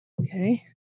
Okay